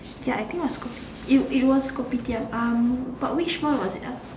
ya I think it was kopi it it was Kopitiam um but which mall was it ah